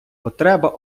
потреба